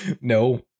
no